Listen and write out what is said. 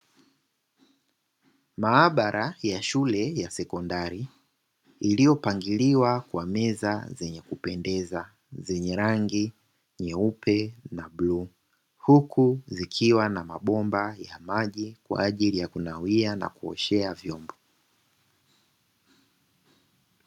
Maabara ya shule ya sekondari, yaliyopangiliwa kwa meza zenye kupendeza zenye rangi nyeupe na bluu, huku zikiwa na mabomba ya maji kwa ajili ya kunawia na kuoshea vyombo.